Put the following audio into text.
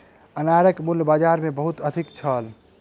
अनारक मूल्य बाजार मे बहुत अधिक छल